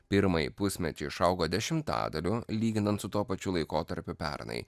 pirmąjį pusmetį išaugo dešimtadaliu lyginant su tuo pačiu laikotarpiu pernai